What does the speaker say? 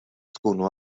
tkunu